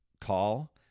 call